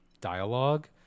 dialogue